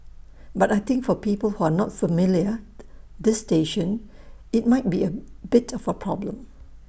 but I think for people who are not familiar this station IT might be A bit of A problem